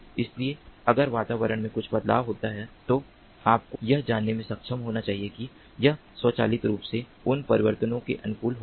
इसलिए अगर पर्यावरण में कुछ बदलाव होता है तो आपको यह जानने में सक्षम होना चाहिए कि यह स्वचालित रूप से उन परिवर्तनों के अनुकूल होगा